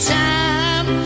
time